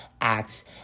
acts